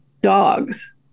dogs